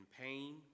pain